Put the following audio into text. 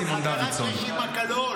סימון דוידסון.